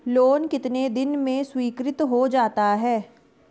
Loan कितने दिन में स्वीकृत हो जाता है?